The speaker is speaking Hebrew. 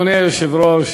אדוני היושב-ראש,